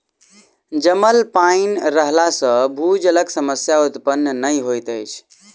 जमल पाइन रहला सॅ भूजलक समस्या उत्पन्न नै होइत अछि